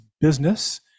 business